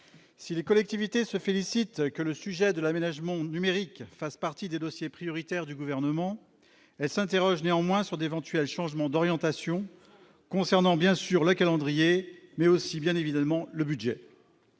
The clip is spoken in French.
si les collectivités se félicite que le sujet de l'aménagement numérique fasse partie des dossiers prioritaires du gouvernement s'interroge néanmoins sur d'éventuels changements d'orientation concernant bien sûr le calendrier mais aussi bien évidemment le budget